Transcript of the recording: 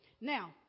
Now